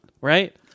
Right